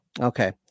Okay